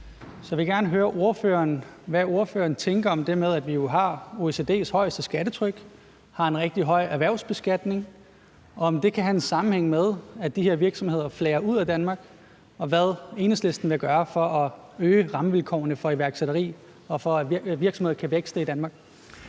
Så jeg vil gerne høre ordføreren, hvad ordføreren tænker om det med, at vi jo har OECD's højeste skattetryk, at vi har en rigtig høj erhvervsbeskatning, og om det kan have en sammenhæng med, at de her virksomheder flager ud af Danmark, og hvad Enhedslisten vil gøre for at øge rammevilkårene for iværksætteri, og for at virksomheder kan vækste i Danmark.